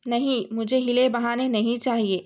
نہیں مجھے حیلے بہانے نہیں چاہیے